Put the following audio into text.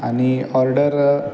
आणि ऑर्डर